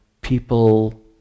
people